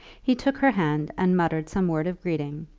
he took her hand and muttered some word of greeting,